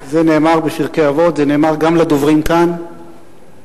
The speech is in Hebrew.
זה נאמר בפרקי אבות, זה נאמר גם לדוברים כאן בבואם